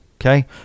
Okay